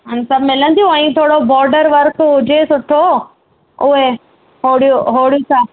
त मिलंदियूं ऐं थोरो बोडर वर्क हुजे सुठो उहे होड़ियूं होड़ियूं सा